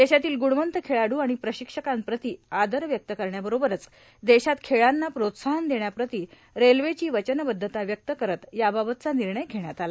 देशातील गुणवंत खेळाडू आणि प्रशिक्षकांप्रती आदर व्यक्त करण्याबरोबरच देशात खेळांना प्रोत्साहन देण्याप्रती रेल्वेची वचनबद्धता व्यक्त करत याबाबतचा निर्णय घेण्यात आला